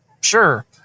sure